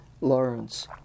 Lawrence